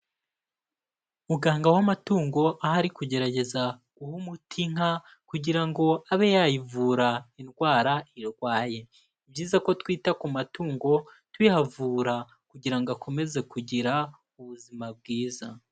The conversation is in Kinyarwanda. Muganga w'amatungo aho ari kugerageza guha umuti inka kugira ngo abe yayivura indwara irwaye. Ni byiza ko twita ku matungo tuyavura kugira ngo akomeze kugira ubuzima bwiza.